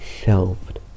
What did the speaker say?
shelved